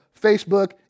Facebook